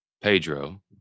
Pedro